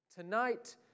Tonight